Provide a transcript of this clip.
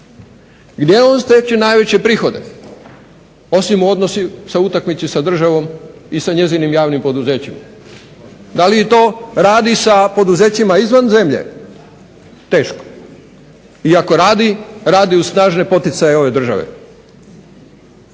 Gdje on stječe najveće prihode, osim u odnosu sa utakmici sa državom i sa njezinim javnim poduzećima? Da li to radi sa poduzećima izvan zemlje? Teško. I ako radi radi uz snažene poticaje ove države.